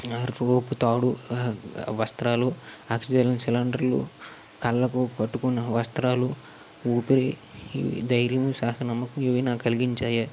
rope తాడు వస్త్రాలు oxygen సిలిండర్లు కళ్ళకు కట్టుకున్న వస్త్రాలు ఊపిరి ధైర్యము ఇవి నాకు కలిగించాయి